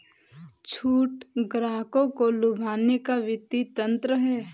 छूट ग्राहकों को लुभाने का वित्तीय तंत्र है